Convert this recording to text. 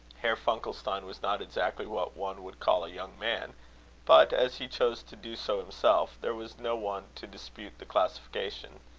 herr funkelstein was not exactly what one would call a young man but, as he chose to do so himself, there was no one to dispute the classification.